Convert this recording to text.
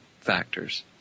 factors